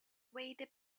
waited